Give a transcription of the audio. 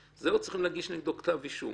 להגיש נגדו כתב אישום.